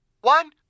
One